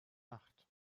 acht